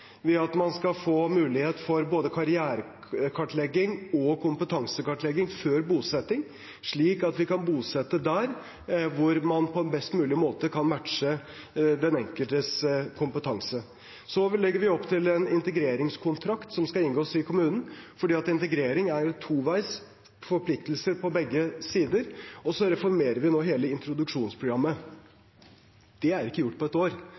mottakene, ved at man skal få mulighet for både karrierekartlegging og kompetansekartlegging før bosetting, slik at vi kan bosette der hvor man på best mulig måte kan matche den enkeltes kompetanse. Så legger vi opp til en integreringskontrakt som skal inngås i kommunen, for integrering er toveis, med forpliktelser på begge sider, og vi reformerer nå hele introduksjonsprogrammet. Det er ikke gjort på et år,